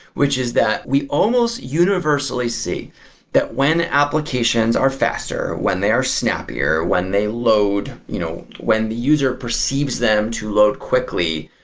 which is that we almost universally see that when applications are faster, when they are snappier, when they load you know when the user perceives them to load quickly,